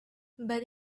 but